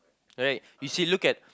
correct you see look at